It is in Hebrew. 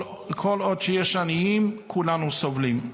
כל עוד יש עניים, כולנו סובלים.